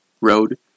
road